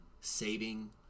saving